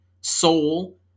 soul